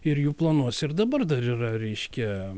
ir jų planuose ir dabar dar yra reiškia